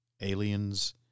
aliens